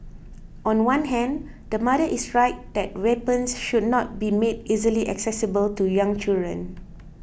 on one hand the mother is right that weapons should not be made easily accessible to young children